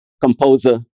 composer